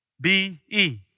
B-E